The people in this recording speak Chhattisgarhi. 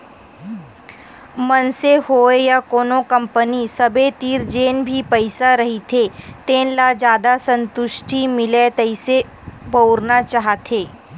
मनसे होय या कोनो कंपनी सबे तीर जेन भी पइसा रहिथे तेन ल जादा संतुस्टि मिलय तइसे बउरना चाहथे